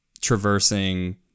traversing